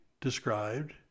described